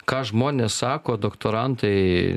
ką žmonės sako doktorantai